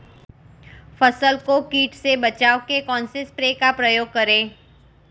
फसल को कीट से बचाव के कौनसे स्प्रे का प्रयोग करें?